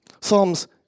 Psalms